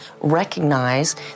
recognize